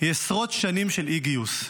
היא עשרות שנים של אי-גיוס.